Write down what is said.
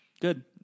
Good